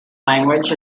language